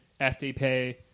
FDP